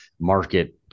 market